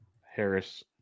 Harris